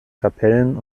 kapellen